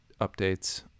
updates